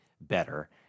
better